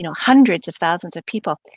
you know hundreds of thousands of people,